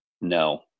no